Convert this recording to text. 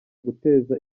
guteza